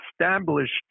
established